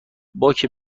باک